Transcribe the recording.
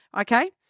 okay